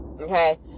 okay